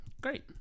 Great